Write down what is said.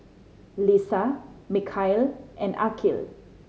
Lisa Mikhail and Aqil